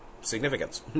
significance